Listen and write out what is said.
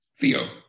Theo